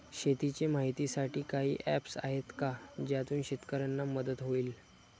शेतीचे माहितीसाठी काही ऍप्स आहेत का ज्यातून शेतकऱ्यांना मदत होईल?